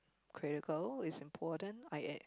critical is important I